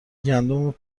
گندم